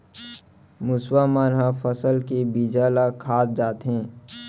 मुसवा मन ह फसल के बीजा ल खा जाथे